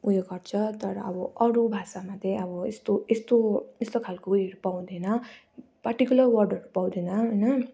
उयो गर्छ तर अब अरू भाषामा त्यही अब यस्तो यस्तो यस्तो खाले उयोहरू पाउँदैन पार्टिकुलर वर्डहरू पाउँदैन होइन